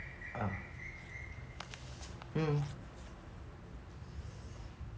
uh hmm